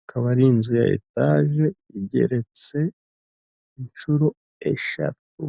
ikaba ari inzu ya etaje igeretse inshuro eshatu.